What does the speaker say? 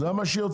זה מה שיוצא.